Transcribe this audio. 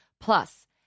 Plus